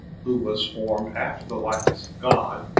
who was formed after the likeness of god,